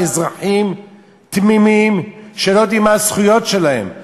אזרחים תמימים שלא יודעים מה הזכויות שלהם.